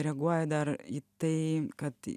reaguoja dar į tai kad